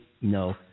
No